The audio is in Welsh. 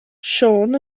siôn